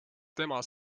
tema